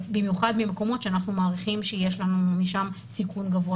במיוחד ממקומות שאנחנו מעריכים שיש לנו משם סיכון גבוה